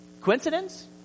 Coincidence